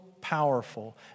powerful